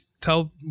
tell